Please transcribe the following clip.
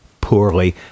poorly